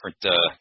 different